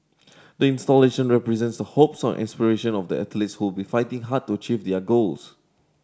installation represents the hopes and aspiration of the athletes who will be fighting hard to achieve their goals